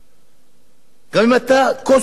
גם אם אתה קוסמונאוט, לא תוכל.